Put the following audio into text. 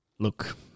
Look